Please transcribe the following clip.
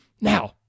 now